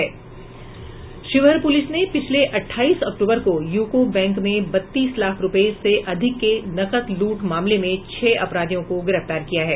Sheohar police ने पिछले अहाईस अक्टूबर को यूको बैंक में बत्तीस लाख रुपये से अधिक के नकद लूट मामले में छह अपराधियों को गिरफ्तार किया है